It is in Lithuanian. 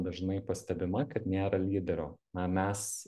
dažnai pastebima kad nėra lyderio na mes